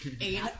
Eight